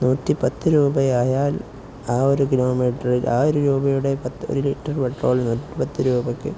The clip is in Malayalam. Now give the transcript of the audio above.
നൂറ്റിപ്പത്ത് രൂപയായാൽ ആ ഒരു കിലോ മീറ്ററിൽ ആ ഒരു രൂപയുടെ പത്ത് ഒരു ലിറ്റർ പെട്രോൾ നൂറ്റിപ്പത്ത് രൂപയ്ക്ക്